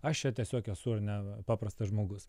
aš čia tiesiog esu ar ne paprastas žmogus